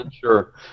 sure